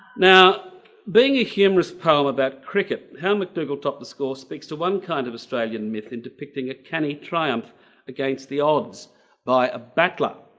now being a humorous poem about cricket, how mcdougal topped the score speaks to to one kind of australian myth in depicting a canny triumph against the odds by a battler.